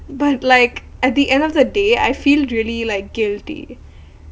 but like at the end of the day I feel really like guilty